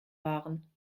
waren